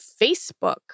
Facebook